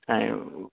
ऐं यो